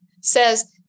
says